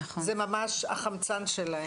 זה ממש החמצן שלהם.